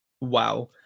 wow